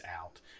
out